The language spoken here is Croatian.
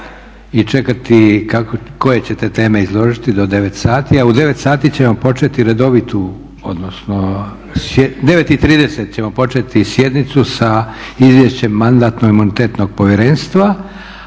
i čekati koje ćete teme izložiti do 9 sati. A u 9,30 ćemo početi sjednicu Izvješćem mandatno imunitetnog povjerenstva,